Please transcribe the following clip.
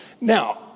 Now